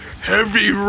Heavy